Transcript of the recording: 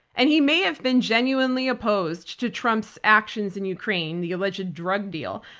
and he may have been genuinely opposed to trump's actions in ukraine, the alleged drug deal,